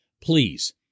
please